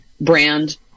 brand